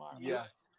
yes